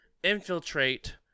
infiltrate